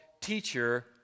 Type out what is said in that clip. teacher